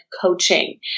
coaching